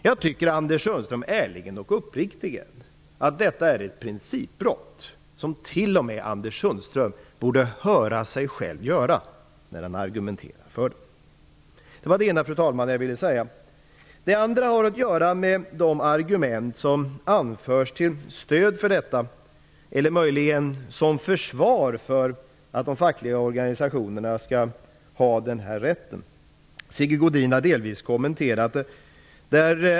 Jag tycker ärligen och uppriktligen att detta är ett principbrott som t.o.m. Anders Sundström borde höra sig själv göra när han argumenterar för det. Det var det ena jag ville säga, fru talman. Det andra har att göra med de argument som anförs till stöd eller möjligen som försvar för att de fackliga organisationerna skall ha denna rätt. Sigge Godin har delvis kommenterat det.